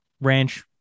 ranch